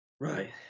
Right